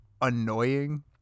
annoying